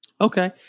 Okay